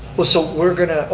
well so we're going to,